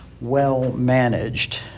well-managed